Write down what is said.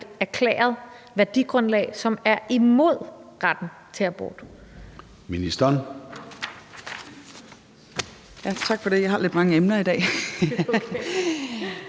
erklæret værdigrundlag, som er imod retten til abort?